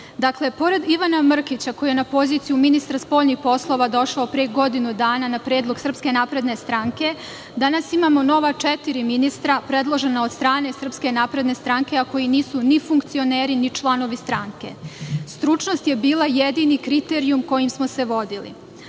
pored Ivana Mrkića, koji je na poziciju ministra spoljnih poslova došao pre godinu dana na predlog SNS, danas imamo nova četiri ministra predložena od strane SNS, a koji nisu ni funkcioneri, ni članovi stranke. Stručnost je bila jedini kriterijum kojim smo se vodili. Velika